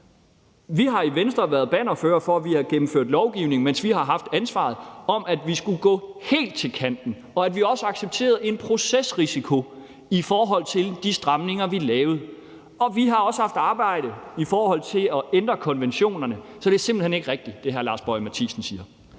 Vi har i Venstre været bannerførere for, at vi har gennemført lovgivning, mens vi har haft ansvaret, hvor vi skulle gå helt til kanten, og hvor vi også accepterede en procesrisiko i forhold til de stramninger, vi lavede. Vi har også haft arbejde i forhold til at ændre konventionerne. Så det, hr. Lars Boje Mathiesen siger,